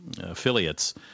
affiliates